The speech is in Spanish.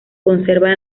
conserva